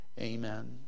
Amen